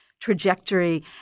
trajectory